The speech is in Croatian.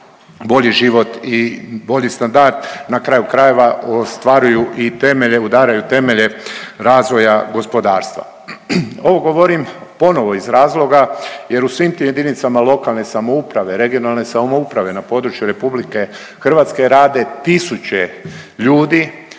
bolji život i bolji standard. Na kraju krajeva ostvaruju i temelje, udaraju temelje razvoja gospodarstva. Ovo govorim ponovo iz razloga jer u svim tim jedinicama lokalne samouprave, regionalne samouprave na području Republike Hrvatske rade tisuće ljudi